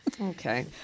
Okay